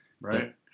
Right